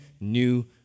new